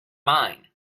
mine